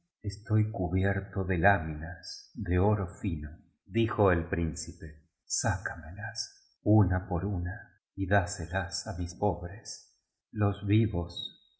estoy cubierto de láminas de oro fino dijo el príncipe sacámolas una por una y dáselas a mis pobres los vivos